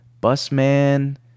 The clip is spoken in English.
busman